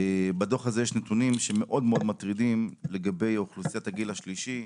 בדוח הזה יש נתונים מאוד מאוד מטרידים לגבי אוכלוסיית הגיל השלישי.